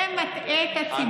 ומטעה את הציבור.